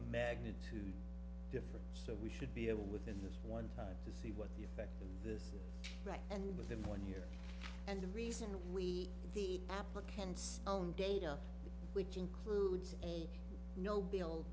magnitude difference so we should be able within this one time to see what the effect of this right and within one year and the reason we the applicants own data which includes a no bill